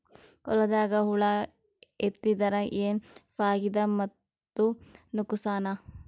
ಹೊಲದಾಗ ಹುಳ ಎತ್ತಿದರ ಏನ್ ಫಾಯಿದಾ ಮತ್ತು ನುಕಸಾನ?